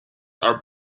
are